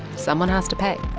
someone has to pay